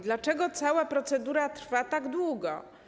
Dlaczego cała procedura trwa tak długo?